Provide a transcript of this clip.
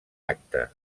acte